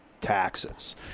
taxes